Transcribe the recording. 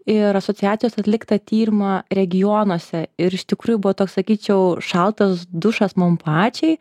ir asociacijos atliktą tyrimą regionuose ir iš tikrųjų buvo toks sakyčiau šaltas dušas man pačiai